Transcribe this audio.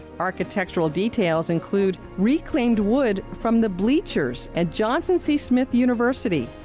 architectural details include reclaimed wood from the bleachers at johnson c. smith university.